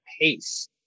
pace